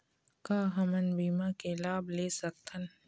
का हमन बीमा के लाभ ले सकथन?